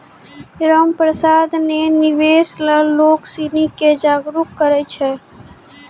रामप्रसाद ने निवेश ल लोग सिनी के जागरूक करय छै